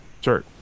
Sure